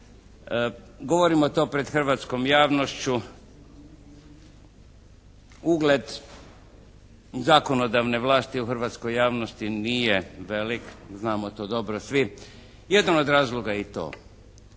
Govorimo to pred hrvatskom javnošću. Ugled zakonodavne vlasti u hrvatskoj javnosti nije velik, znamo to dobro svi. Jedan od razloga je i to,